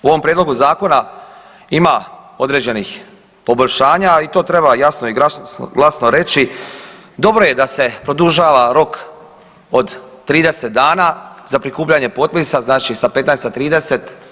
U ovom Prijedlogu zakona ima određenih poboljšanja i to treba jasno i glasno reći, dobro je da se produžava rok od 30 dana, za prikupljanje potpisa, znači sa 15 na 30.